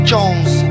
Jones